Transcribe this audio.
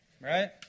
right